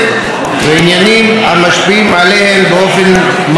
ועניינים המשפיעים עליהן באופן מהותי.